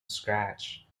scratch